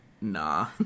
nah